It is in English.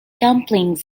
dumplings